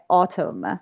autumn